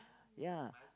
ya